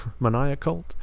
Maniacult